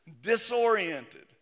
disoriented